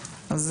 אז